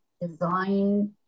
design